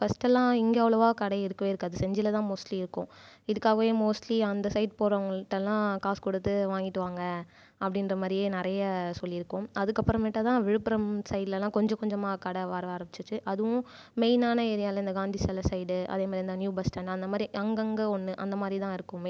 ஃபர்ஸ்டெல்லாம் இங்கே அவ்வளவா கடை இருக்கவே இருக்காது செஞ்சியில்தான் மோஸ்ட்லி இருக்கும் இதுக்காகவே மோஸ்ட்லி அந்த சைட் போகிறவங்கள்ட்டல்லாம் காசு கொடுத்து வாங்கிட்டு வாங்க அப்படின்ற மாதிரியே நிறைய சொல்லியிருக்கோம் அதுக்கு அப்புறமேட்டு தான் விழுப்புரம் சைடுலெலாம் கொஞ்சம் கொஞ்சமாக கடை வர ஆரம்பிச்சிச்சு அதுவும் மெயினான ஏரியாவில் இந்த காந்தி சிலை சைட் அதேமாதிரி இந்த நியூ பஸ் ஸ்டாண்ட் அந்தமாதிரி அங்கங்கே ஒன்னு அந்தமாதிரி தான் இருக்குமே